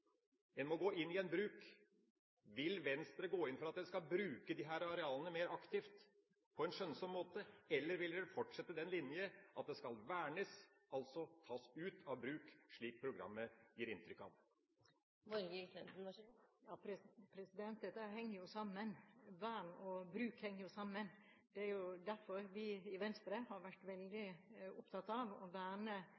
en må gå inn og bruke. Vil Venstre gå inn for at en skal bruke disse arealene mer aktivt, på en skjønnsom måte, eller vil dere fortsette den linja at det skal vernes, altså tas ut av bruk, slik programmet gir inntrykk av? Vern og bruk henger jo sammen. Det er derfor vi i Venstre har vært veldig